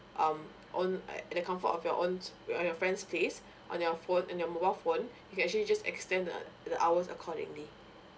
um own at at the comfort of your own s~ at your friend's place on your phone in your mobile phone you actually just extend the the hours accordingly